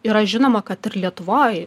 yra žinoma kad ir lietuvoj